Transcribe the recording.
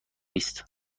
است